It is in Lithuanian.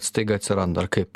staiga atsiranda ar kaip